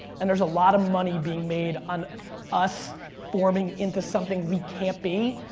and there's a lot of money being made on us forming into something we can't be.